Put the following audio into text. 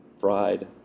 fried